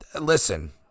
listen